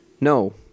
No